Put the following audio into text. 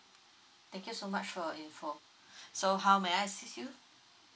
thank you so much for your info so how may I assist you